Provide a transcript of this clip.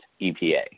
EPA